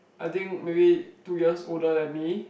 I think maybe two years older than me